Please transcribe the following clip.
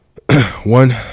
one